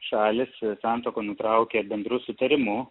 šalys santuoką nutraukia bendru sutarimu